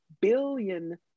billion